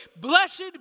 Blessed